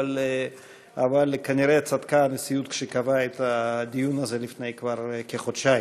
אבל כנראה צדקה הנשיאות כשקבעה את הדיון הזה כבר לפני כחודשיים.